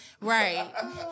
Right